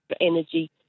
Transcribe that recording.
energy